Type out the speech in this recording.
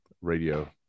radio